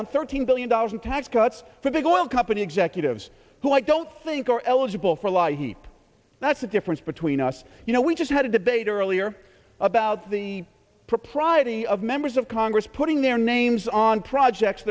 on thirteen billion dollars in tax cuts for the oil company executives who i don't think are eligible for a lot of heat that's the difference between us you know we just had a debate earlier about the propriety of members of congress putting their names on projects